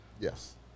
Yes